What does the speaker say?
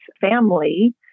family